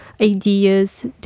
ideas